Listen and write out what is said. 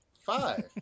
five